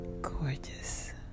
Gorgeous